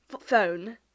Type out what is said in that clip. phone